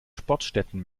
sportstätten